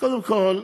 קודם כול,